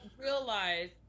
realize